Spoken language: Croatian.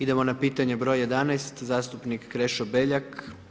Idemo na pitanje broj 11. zastupnik Krešo Beljak.